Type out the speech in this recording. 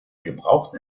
gebrauchten